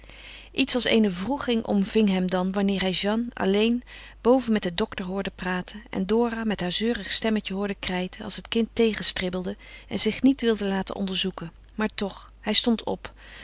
iets als eene wroeging omving hem dan wanneer hij jeanne alleen boven met den dokter hoorde praten en dora met haar zeurig stemmetje hoorde krijten als het kind tegenstribbelde en zich niet wilde laten onderzoeken maar toch hij stond op